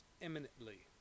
imminently